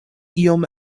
iom